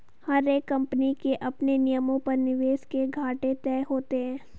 हर एक कम्पनी के अपने नियमों पर निवेश के घाटे तय होते हैं